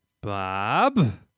Bob